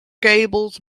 gables